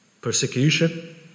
Persecution